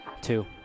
Two